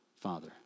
Father